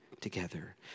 together